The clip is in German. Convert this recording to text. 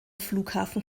flughafen